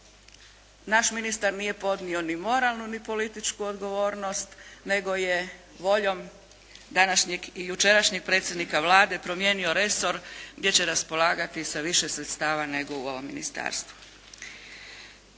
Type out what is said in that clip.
naš ministar nije podnio ni moralnu ni političku odgovornost nego je voljom današnjeg i jučerašnjeg predsjednika Vlade promijenio resor gdje će raspolagati sa više sredstava nego u ovom ministarstvu.